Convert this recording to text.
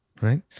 Right